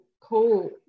cool